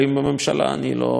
אני לא אסתיר,